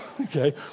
Okay